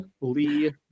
Lee